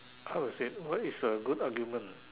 how to say what is a good argument